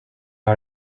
har